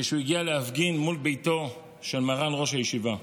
כשהוא הגיע להפגין מול ביתו של מרן ראש הישיבה.